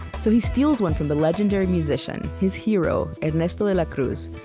so he steals one from the legendary musician, his hero, ernesto de la cruz,